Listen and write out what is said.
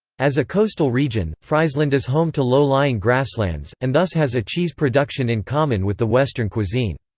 as a coastal region, friesland is home to low-lying grasslands, and thus has a cheese production in common with the western cuisine.